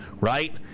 right